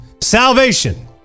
salvation